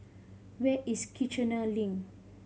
where is Kiichener Link